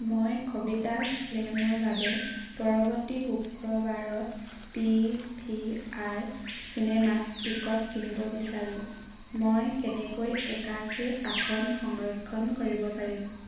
মই কবিতা শ্লেমৰ বাবে পৰৱৰ্তী শুক্ৰবাৰত পি ভি আৰ চিনেমাত টিকট কিনিব বিচাৰোঁ মই কেনেকৈ একাশী আসন সংৰক্ষণ কৰিব পাৰিম